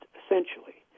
essentially